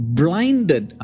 blinded